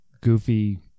goofy